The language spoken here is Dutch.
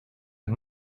het